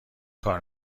کار